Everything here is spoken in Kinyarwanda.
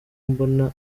mbona